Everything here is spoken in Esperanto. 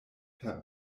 per